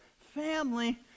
family